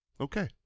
Okay